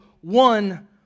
one